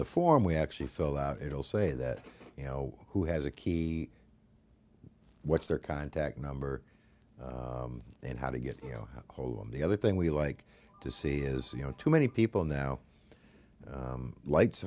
the form we actually fill out it'll say that you know who has a key what's their contact number and how to get you know how hold on the other thing we like to see is you know too many people now lights